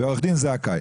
עורך דין זכאי,